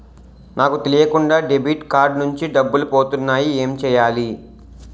నాకు తెలియకుండా debit card నుంచి డబ్బులు పోతున్నాయి ఎం చెయ్యాలి?